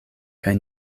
kaj